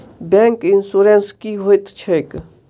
Bank insurance की होइत छैक?